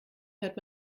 hört